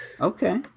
Okay